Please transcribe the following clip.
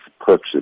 purchase